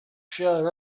shut